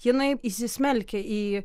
jinai įsismelkė į